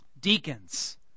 Deacons